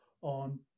on